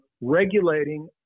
regulating